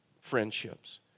friendships